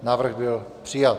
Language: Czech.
Návrh byl přijat.